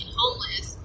homeless